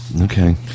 Okay